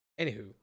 Anywho